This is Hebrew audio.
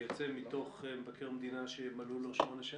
יוצא מתוך דוח מבקר המדינה שמלאו לו שמונה שנים.